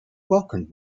welcomed